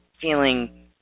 feeling